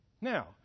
Now